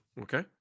Okay